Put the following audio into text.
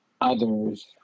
others